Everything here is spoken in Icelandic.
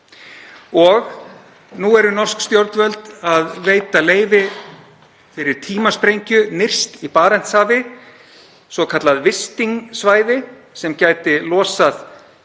Og nú eru norsk stjórnvöld að veita leyfi fyrir tímasprengju nyrst í Barentshafi, svokallað Wisting-svæði sem gæti losað